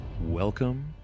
welcome